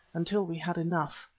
until we had enough.